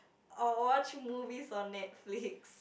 I'll watch movies on Netflix